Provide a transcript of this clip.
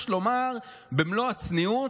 יש לומר במלוא הצניעות,